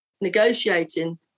negotiating